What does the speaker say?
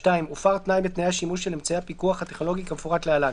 (2)הופר תנאי מתנאי השימוש של אמצעי הפיקוח הטכנולוגי כמפורט להלן: